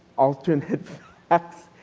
alternate facts.